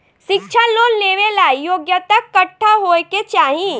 शिक्षा लोन लेवेला योग्यता कट्ठा होए के चाहीं?